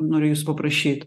noriu jūsų paprašyt